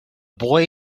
boy